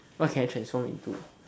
what can I transform into